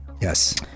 Yes